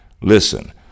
Listen